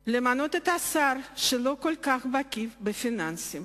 למנות שר שלא כל כך בקי בפיננסים,